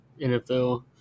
NFL